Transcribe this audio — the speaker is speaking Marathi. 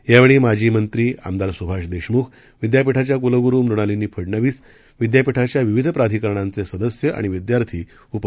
यावेळी माजी मंत्री आमदार सुभाष देशमुख विद्यापीठाच्या कुलगुरू मृणालिनी फडनवीस विद्यापीठाच्या विविध प्राधिकारणांचे सदस्य आणि विद्यार्थी उपस्थित होते